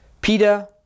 Peter